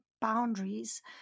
boundaries